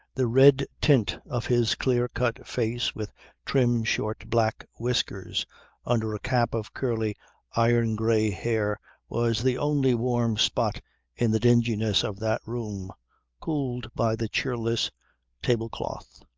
the red tint of his clear-cut face with trim short black whiskers under a cap of curly iron-grey hair was the only warm spot in the dinginess of that room cooled by the cheerless tablecloth.